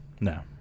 No